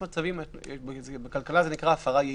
יש מצבים שנקראים בכלכלה הפרה יעילה.